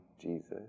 Jesus